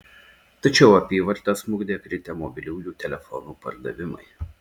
tačiau apyvartą smukdė kritę mobiliųjų telefonų pardavimai